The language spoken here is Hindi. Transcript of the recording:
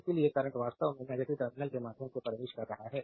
इसलिए करंट वास्तव में नेगेटिव टर्मिनल के माध्यम से प्रवेश कर रहा है